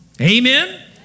Amen